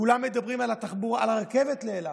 כולם מדברים על הרכבת לאילת.